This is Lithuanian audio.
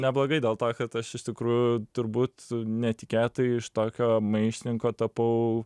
neblogai dėl to kad aš iš tikrųjų turbūt netikėtai iš tokio maištininko tapau